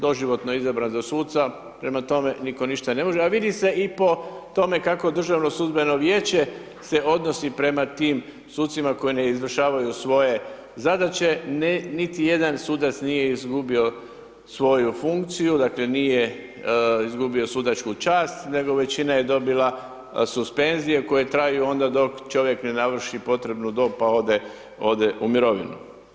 Doživotno je izabran za suca, prema tome niko ništa ne može, a vidi se i po tome kako Državno sudbeno vijeće se odnosi prema tim sucima koji ne izvršavaju svoje zadaće, niti jedan sudac nije izgubio svoju funkciju, dakle nije izgubio sudačku čast, nego većina je dobila suspenzije koje traju onda dok čovjek ne navrši potrebnu dob pa ode, ode u mirovinu.